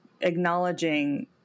acknowledging